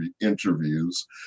interviews